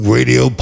Radio